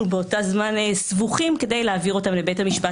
באותה נקודת זמן סבוכים כדי להעביר אותם לבית המשפט.